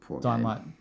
dynamite